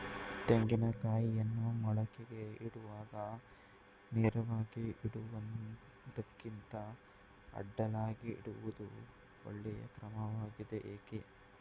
ತೆಂಗಿನ ಕಾಯಿಯನ್ನು ಮೊಳಕೆಗೆ ಇಡುವಾಗ ನೇರವಾಗಿ ಇಡುವುದಕ್ಕಿಂತ ಅಡ್ಡಲಾಗಿ ಇಡುವುದು ಒಳ್ಳೆಯ ಕ್ರಮವಾಗಿದೆ ಏಕೆ?